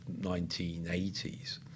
1980s